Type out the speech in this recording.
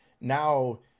Now